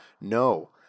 No